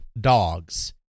dogs